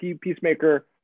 Peacemaker